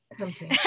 Okay